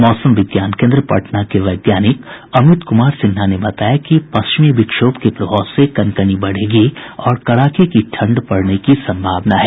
मौसम विज्ञान केन्द्र पटना के वैज्ञानिक अमित कुमार सिन्हा ने बताया कि पश्चिमी विक्षोभ के प्रभाव से कनकनी बढ़ेगी और कड़ाके की ठंड पड़ने की संभावना है